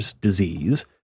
disease